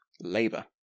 labour